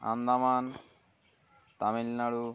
Andaman Tamil Nadu